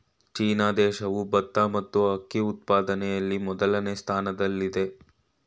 China ದೇಶವು ಭತ್ತ ಮತ್ತು ಅಕ್ಕಿ ಉತ್ಪಾದನೆಯಲ್ಲಿ ಮೊದಲನೇ ಸ್ಥಾನದಲ್ಲಿದೆ